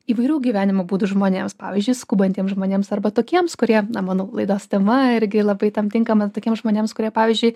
įvairių gyvenimo būdų žmonėms pavyzdžiui skubantiems žmonėms arba tokiems kurie na mano laidos tema irgi labai tam tinkama tokiems žmonėms kurie pavyzdžiui